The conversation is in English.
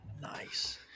Nice